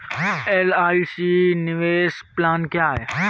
LIC निवेश plan क्या है?